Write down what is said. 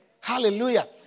Hallelujah